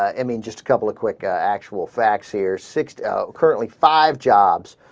i mean just couple of quick actual facts here sixty al currently five jobs